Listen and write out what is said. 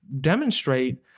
demonstrate